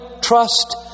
trust